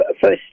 first